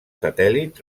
satèl·lit